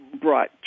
brought